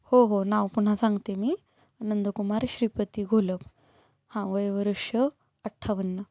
हो हो नाव पुन्हा सांगते मी नंदकुमार श्रीपती घोलप हां वय वर्ष अठ्ठावन्न